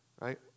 right